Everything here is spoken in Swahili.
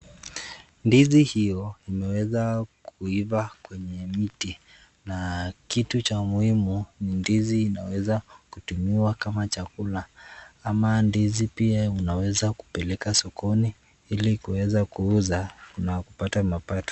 Ndizi hiyo imeweza kuiva kwenye mti na kitu cha muhimu ni ndizi inaweza kutumiwa kama chakula ama ndizi pia unaweza kupeleka sokoni ili kuweza kuuza na kupata mapato.